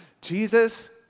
Jesus